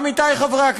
עמיתי חברי הכנסת,